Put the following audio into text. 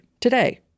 today